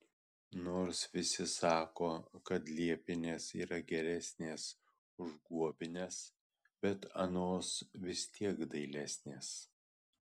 nors visi sako kad liepinės yra geresnės už guobines bet anos vis tiek dailesnės